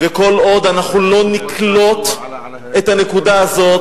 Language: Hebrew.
וכל עוד אנחנו לא נקלוט את הנקודה הזאת,